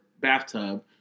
bathtub